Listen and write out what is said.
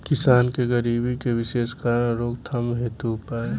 किसान के गरीबी के विशेष कारण रोकथाम हेतु उपाय?